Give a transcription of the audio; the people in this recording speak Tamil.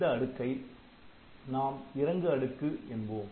இந்த அடுக்கை நாம் இறங்கு அடுக்கு என்போம்